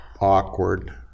awkward